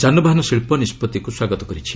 ଯାନବାହନ ଶିଳ୍ପ ନିଷ୍ପଭିକୁ ସ୍ୱାଗତ କରିଛି